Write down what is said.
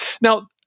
Now